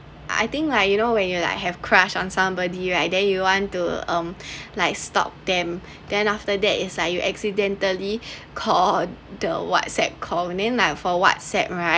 I think like you know when you're like have crush on somebody right then you want to um like stalk them then after that it's like you accidentally called the whatsapp call and then like for whatsapp right